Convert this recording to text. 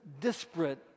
disparate